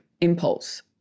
impulse